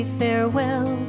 farewell